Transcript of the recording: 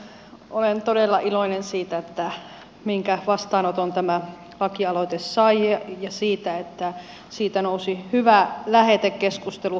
olen todella iloinen siitä minkä vastaanoton tämä lakialoite sai ja siitä että siitä nousi hyvä lähetekeskustelu